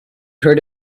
heard